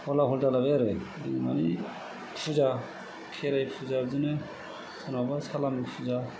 हलाहल जालायबाय आरो माने फुजा खेराइ फुजा बिदिनो सोरनावबा सालामि फुजा